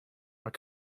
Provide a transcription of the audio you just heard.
are